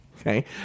okay